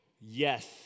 Yes